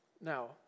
Now